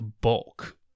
bulk